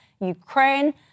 Ukraine